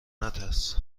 نترس